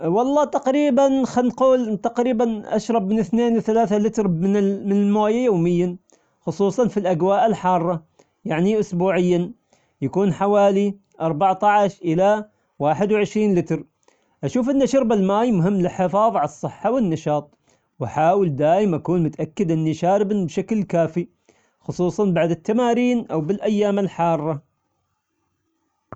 والله تقريبا خنقول تقريبا أشرب من اثنين لثلاثة لتر من- من المويه يوميا خصوصا في الأجواء الحارة، يعني أسبوعيا يكون حوالي أربعة عشر إلى واحد وعشرين لتر، أشوف أن شرب الماي مهم للحفاظ على الصحة والنشاط، وحاول دايم أكون متأكد إني شارب بشكل كافي، خصوصا بعد التمارين أو بالأيام الحارة.